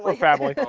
like family.